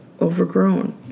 overgrown